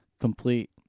complete